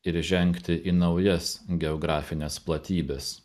ir įžengti į naujas geografines platybes